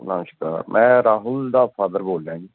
ਨਮਸਕਾਰ ਮੈਂ ਰਾਹੁਲ ਦਾ ਫਾਦਰ ਬੋਲ ਰਿਹਾ ਜੀ